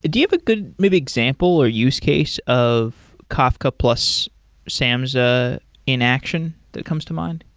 do you have a good maybe example or use case of kafka plus samza in action that comes to mind?